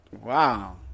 wow